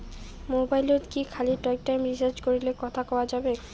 মোবাইলত কি খালি টকটাইম রিচার্জ করিলে কথা কয়া যাবে?